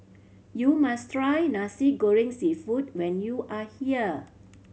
you must try Nasi Goreng Seafood when you are here